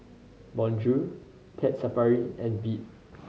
Bonjour Pet Safari and Veet